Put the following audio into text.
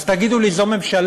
אז תגידו לי, זאת ממשלה?